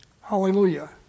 Hallelujah